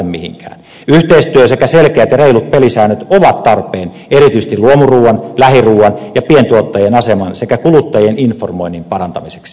yhteistyö sekä selkeät ja reilut pelisäännöt ovat tarpeen erityisesti luomuruuan lähiruuan ja pientuottajien aseman sekä kuluttajien informoinnin parantamiseksi